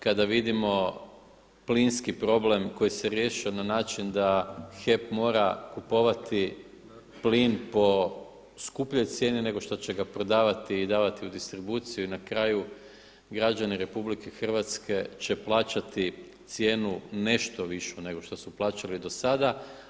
Kada vidimo plinski problem koji se riješio na način da HEP mora kupovati plin po skupljoj cijeni nego što će ga prodavati i davati u distribuciju i na kraju građani RH će plaćati cijenu nešto višu nego što su plaćali do sada.